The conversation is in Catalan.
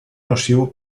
nociu